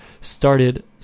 started